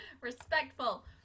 Respectful